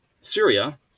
Syria